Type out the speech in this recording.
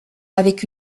avec